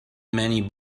many